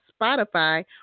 Spotify